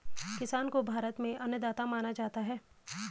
किसान को भारत में अन्नदाता माना जाता है